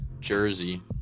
Jersey